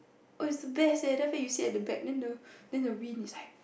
oh it's the best leh then after that you sit at the back then the then the wind is like